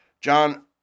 John